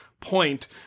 point